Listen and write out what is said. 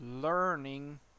learning